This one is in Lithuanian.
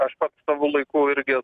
aš pats savo laiku irgi